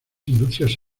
industrias